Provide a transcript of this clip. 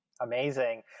Amazing